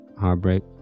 heartbreak